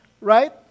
Right